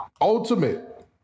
ultimate